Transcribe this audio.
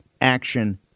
action